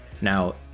Now